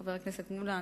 חבר הכנסת מולה.